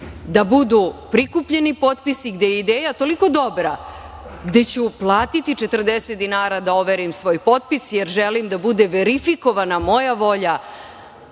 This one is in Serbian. Da budu prikupljeni potpisi, gde je ideja toliko dobra, gde ću platiti 40 dinara da overim svoj potpis jer želim da bude verifikovana moja volja